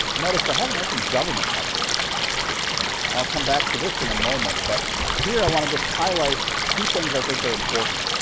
notice i haven't mentioned government much in here and i'll come back to this in a moment, but here i want to just highlight two things i think are important.